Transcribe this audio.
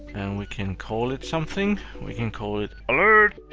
we can call it something. we can call it alert,